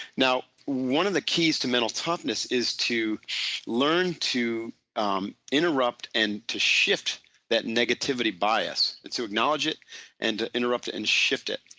now one of the keys to mental toughness is to learn to um interrupt and to shift that negativity bias. it's to acknowledge it and to interrupt it and shift it.